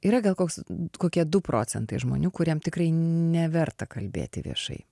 yra gal koks kokie du procentai žmonių kuriem tikrai neverta kalbėti viešai